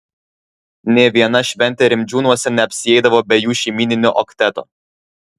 nė viena šventė rimdžiūnuose neapsieidavo be jų šeimyninio okteto